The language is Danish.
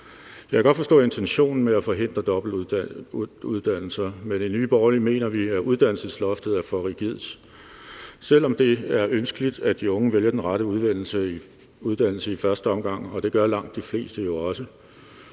Jeg kan godt forstå intentionen med at forhindre dobbeltuddannelser, men i Nye Borgerlige mener vi, at uddannelsesloftet er for rigidt. Selv om det er ønskeligt, at de unge vælger den rette uddannelse i første omgang – og det gør langt de fleste jo også